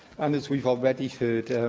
and as we've already heard,